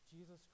Jesus